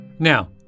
Now